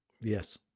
yes